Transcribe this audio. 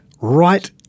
right